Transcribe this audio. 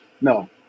No